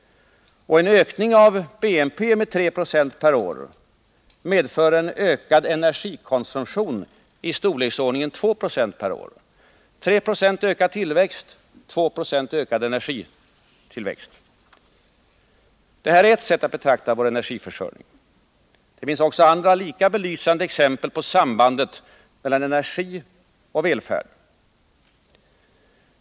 En ökning av BNP med 3 96 per år medför en ökad energikonsumtion i storleksordningen 2 20 per år — 3 90 i ökad tillväxt och 290 i ökad energitillväxt. ; Detta är ett sätt att se på vår energiförsörjning. Det finns också andra lika belysande exempel på sambandet mellan energi och välfärd.